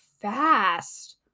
fast